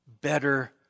better